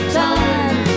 time